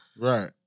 Right